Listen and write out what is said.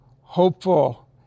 hopeful